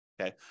okay